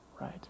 right